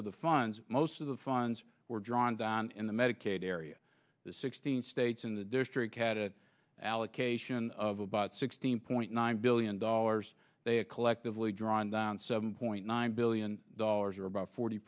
of the funds most of the funds were drawn down in the medicaid area the sixteen states in the district allocation of about sixteen point nine billion dollars they are collectively drawn down seven point nine billion dollars or about forty